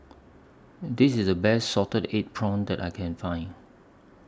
This IS The Best Salted Egg Prawns that I Can Find